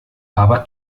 aber